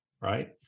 right